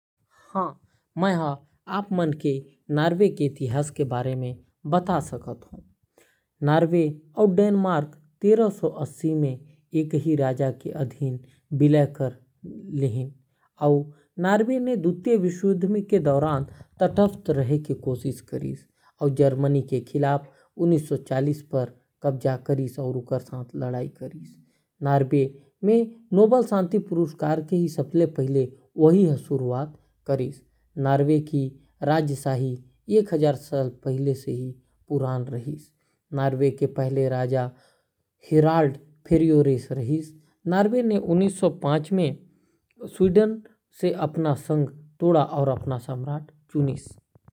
नार्वे के इतिहास बहुत पुराना हावय। नार्वे म लोगन के बस्ती नौ हजार ईसा पूर्व ले शुरू होए रिहिस। नार्वे के इतिहास ले जुड़े कतकोन बिसेस बात । कई जनजाति नॉर्वे म रहथे अउ वो एक दूसर के संग युद्ध म रहथे। नार्वे के लोगन बहुदेववादी धर्म म विश्वास करथे। ओडिन, थोर, हेल, अउ फ्रे जइसे देवी-देवता उंकर पूजा के केंद्र रिहिस।